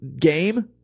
game